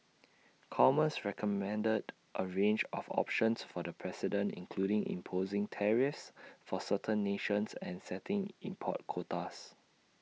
commerce recommended A range of options for the president including imposing tariffs for certain nations and setting import quotas